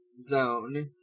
Zone